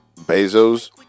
Bezos